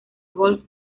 golf